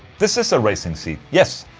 this is a racing seat, yes.